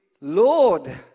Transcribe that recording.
Lord